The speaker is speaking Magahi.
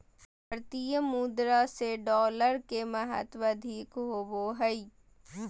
भारतीय मुद्रा से डॉलर के महत्व अधिक होबो हइ